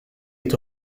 est